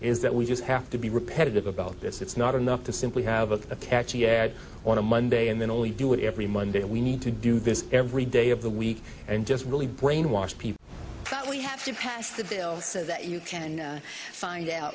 is that we just have to be repetitive about this it's not enough to simply have a catchy ad on a monday and then only do it every monday we need to do this every day of the week and just really brainwash people that we have to pass the bill so that you can find out